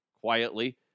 quietly